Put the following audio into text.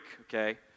okay